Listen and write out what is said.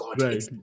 Right